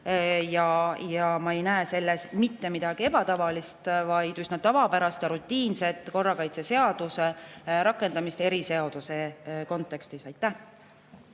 Ma ei näe selles mitte midagi ebatavalist, vaid üsna tavapärast ja rutiinset korrakaitseseaduse rakendamist eriseaduse kontekstis. Suur